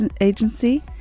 Agency